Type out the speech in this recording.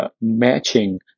matching